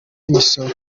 imisoro